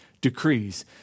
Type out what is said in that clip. decrees